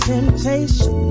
Temptation